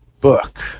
book